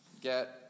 get